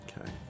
Okay